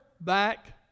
back